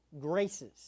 graces